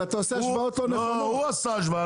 הוא עשה השוואה,